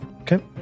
Okay